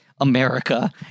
America